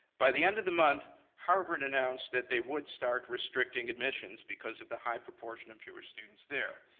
by the end of the month, harvard announced that they would start restricting admissions because of the high proportion of jewish students there.